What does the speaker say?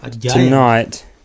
tonight